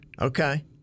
Okay